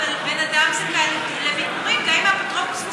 אבל בן אדם זכאי לביקורים גם אם האפוטרופוס מסרב.